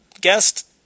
guest